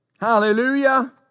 Hallelujah